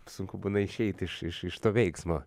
sunku būna išeit iš iš to veiksmo